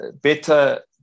better